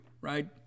right